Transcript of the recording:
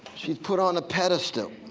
she's put on a pedestal.